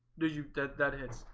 did you get that hits?